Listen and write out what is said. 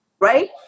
Right